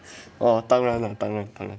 哦当然当然当然